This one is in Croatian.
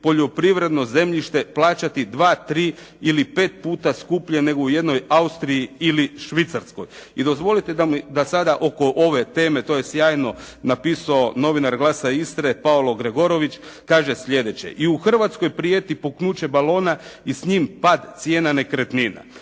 poljoprivredno zemljište plaćati dva, tri ili pet puta skuplje nego u jednoj Austriji ili Švicarskoj. I dozvolite da mi, da sada oko ove teme, to je sjajno napisao novinar Glasa Istre Paulo Gregorović kaže sljedeće: I u Hrvatskoj prijeti puknuće balona i s njim pad cijena nekretnina.